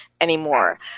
anymore